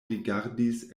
rigardis